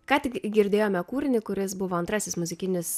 ką tik girdėjome kūrinį kuris buvo antrasis muzikinis